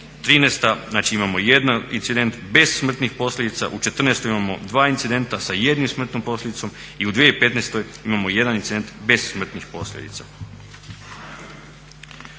imamo 1 incident bez smrtnih posljedica, u '14. imamo 2 incidenta sa 1 smrtnom posljedicom i u 2015. imamo 1 incident bez smrtnih posljedica.